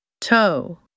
Toe